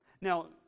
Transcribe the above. Now